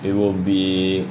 it will be